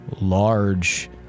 large